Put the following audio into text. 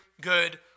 good